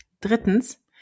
Drittens